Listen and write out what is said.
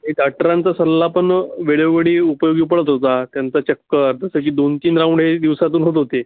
ए डाक्टरांचा सल्ला पण वेळोवेळी उपयोगी पडत होता त्यांचा चक्कर जसं की दोन तीन राऊंड हे दिवसातून होत होते